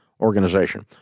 organization